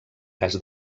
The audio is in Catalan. cas